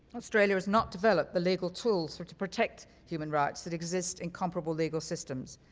australia has not developed the legal tools to protect human rights that exist in comparable legal systems.